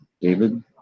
David